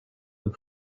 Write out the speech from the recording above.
and